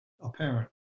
apparent